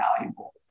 valuable